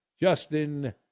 Justin